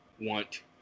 want